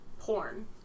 Porn